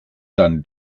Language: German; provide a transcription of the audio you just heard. dann